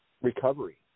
Recovery